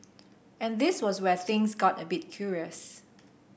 and this was where things got a bit curious